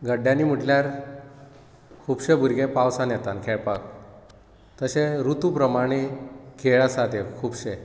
गड्ड्यांनी म्हटल्यार खुबशे भुरगे पावसांत येता खेळपाक तशें रुतू प्रमाणे खेळ आसा ते खुबशे